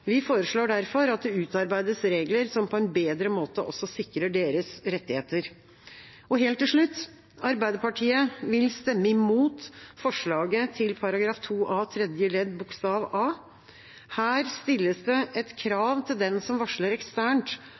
Vi foreslår derfor at det utarbeides regler som på en bedre måte også sikrer deres rettigheter. Helt til slutt: Arbeiderpartiet vil stemme imot forslaget til § 2 A-2 tredje ledd bokstav a. Her stilles det et krav til den som varsler eksternt,